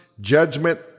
judgment